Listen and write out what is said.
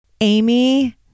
Amy